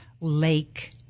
Lake